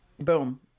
boom